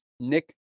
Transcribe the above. Nick